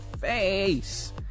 face